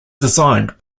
designed